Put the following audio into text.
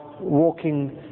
walking